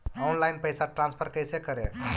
Online पैसा transfer कैसे करे?